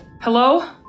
Hello